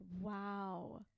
wow